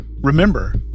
Remember